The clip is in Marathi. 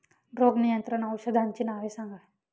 रोग नियंत्रण औषधांची नावे सांगा?